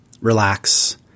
relax